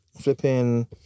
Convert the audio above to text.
Flipping